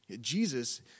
Jesus